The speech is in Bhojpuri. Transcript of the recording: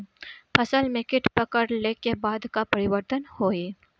फसल में कीट पकड़ ले के बाद का परिवर्तन होई?